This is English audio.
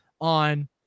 on